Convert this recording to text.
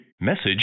Message